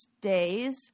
days